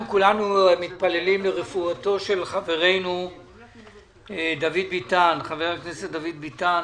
אנחנו כולנו מתפללים לרפואתו של חברנו חבר הכנסת דוד ביטן.